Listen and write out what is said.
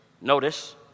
Notice